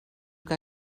que